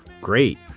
Great